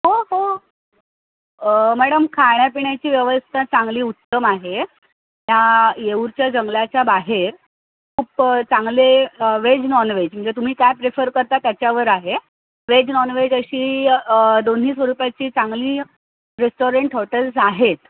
हो हो मॅडम खाण्यापिण्याची व्यवस्था चांगली उत्तम आहे या येऊरच्या जंगलाच्या बाहेर खूप चांगले व्हेज नॉनव्हेज म्हणजे तुम्ही काय प्रिफर करता त्याच्यावर आहे व्हेज नॉनव्हेज अशी दोन्ही स्वरूपाची चांगली रेस्टॉरंट हॉटेल्स आहेत